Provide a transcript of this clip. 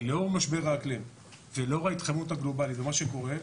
לאור משבר האקלים ולאור ההתחממות הגלובלית ומה שקורה,